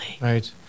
Right